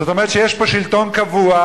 זאת אומרת שיש פה שלטון קבוע,